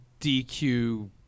DQ